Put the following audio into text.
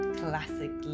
classic